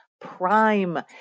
prime